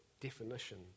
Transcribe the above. definition